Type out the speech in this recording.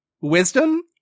wisdom